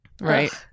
Right